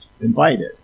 invited